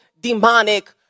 demonic